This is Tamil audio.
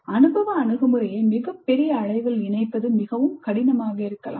அனுபவ அணுகுமுறையை மிகப் பெரிய அளவில் இணைப்பது மிகவும் கடினமாக இருக்கலாம்